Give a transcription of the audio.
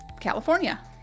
California